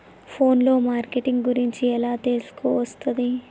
Phone లో marketing గురించి ఎలా తెలుసుకోవస్తది?